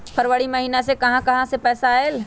फरवरी महिना मे कहा कहा से पैसा आएल?